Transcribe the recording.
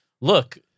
look